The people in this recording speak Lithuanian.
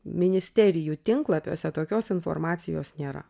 ministerijų tinklapiuose tokios informacijos nėra